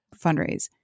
fundraise